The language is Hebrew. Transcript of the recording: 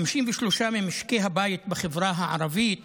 53% ממשקי הבית בחברה הערבית